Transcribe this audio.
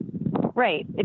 Right